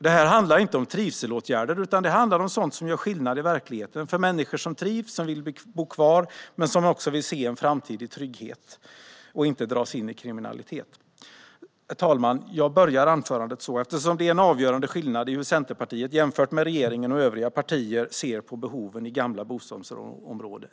Det här handlar inte om trivselåtgärder utan om sådant som gör skillnad i verkligheten för människor som trivs och vill bo kvar men som också vill se en framtid i trygghet utan kriminalitet. Herr talman! Jag börjar anförandet så eftersom det är en avgörande skillnad i hur Centerpartiet ser på behoven i gamla bostadsområden jämfört med regeringen och övriga partier.